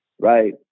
Right